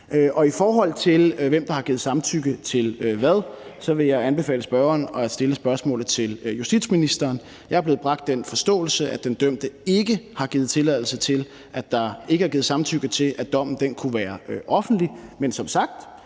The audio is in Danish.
I forhold til hvem der har givet samtykke til hvad, vil jeg anbefale spørgeren at stille spørgsmålet til justitsministeren. Jeg er blevet bragt den forståelse, at den dømte ikke har givet samtykke til, at dommen kunne være offentlig. Men som sagt,